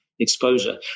Exposure